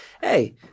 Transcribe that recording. hey